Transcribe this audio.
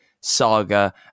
saga